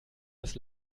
das